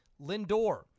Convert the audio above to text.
Lindor